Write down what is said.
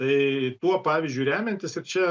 tai tuo pavyzdžiu remiantis ir čia